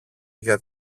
για